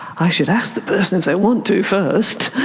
i should ask the person if they want to, first.